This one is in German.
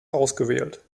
ausgewählt